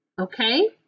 okay